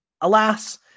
Alas